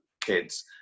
kids